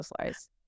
slice